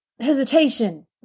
hesitation